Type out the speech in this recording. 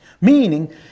Meaning